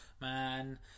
man